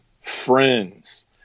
Friends